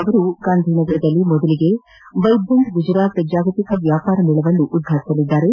ಅವರು ಗಾಂಧಿನಗರದಲ್ಲಿ ಮೊದಲಿಗೆ ವೈಬ್ರೆಂಟ್ ಗುಜರಾತ್ ಜಾಗತಿಕ ವ್ಯಾಪಾರ ಮೇಳವನ್ನು ಉದ್ಪಾಟಿಸಲಿದ್ದಾರೆ